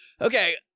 Okay